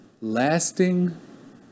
lasting